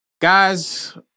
Guys